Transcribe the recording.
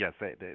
yes